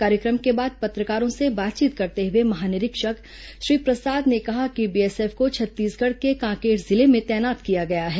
कार्यक्रम के बाद पत्रकारों से बातचीत करते हुए महानिरीक्षक श्री प्रसाद ने कहा कि बीएसएफ को छत्तीसगढ़ के कांकेर जिले में तैनात किया गया है